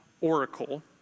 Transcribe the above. oracle